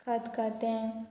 खतखतें